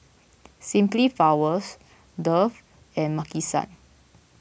Simply Flowers Dove and Maki San